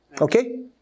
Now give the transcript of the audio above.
Okay